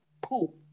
pool